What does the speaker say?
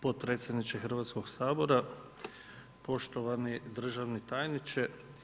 Potpredsjedniče Hrvatskog sabora, poštovani državni tajniče.